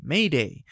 Mayday